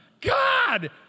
God